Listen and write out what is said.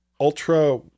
ultra